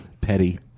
Petty